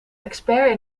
expert